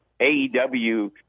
AEW